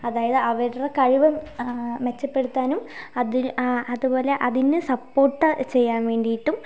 അതായത് അവരുടെ കഴിവ് മെച്ചപ്പെടുത്താനും അതിന് ആ അതുപോലെ അതിന് സപ്പോർട്ട് ചെയ്യാൻ വേണ്ടിയിട്ടും